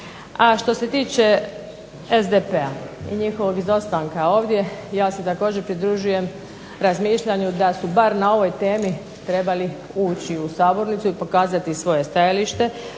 što se tiče SDP-a i njihovog izostanka ovdje, ja se također pridružujem razmišljanju da su bar na ovoj temi trebali ući u sabornicu i pokazati svoje stajalište